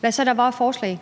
hvad der var af forslag.